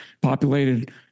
Populated